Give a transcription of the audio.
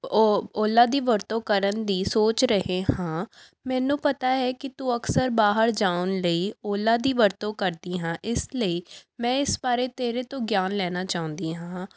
ਓ ਓਲਾ ਦੀ ਵਰਤੋਂ ਕਰਨ ਦੀ ਸੋਚ ਰਹੇ ਹਾਂ ਮੈਨੂੰ ਪਤਾ ਹੈ ਕਿ ਤੂੰ ਅਕਸਰ ਬਾਹਰ ਜਾਉਣ ਲਈ ਓਲਾ ਦੀ ਵਰਤੋਂ ਕਰਦੀ ਹੈ ਇਸ ਲਈ ਮੈਂ ਇਸ ਬਾਰੇ ਤੇਰੇ ਤੋਂ ਗਿਆਨ ਲੈਣਾ ਚਾਹੁੰਦੀ ਹਾਂ